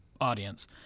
audience